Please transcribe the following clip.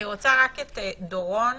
דורון